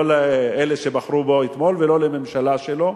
לא לאלה שבחרו בו אתמול ולא לממשלה שלו,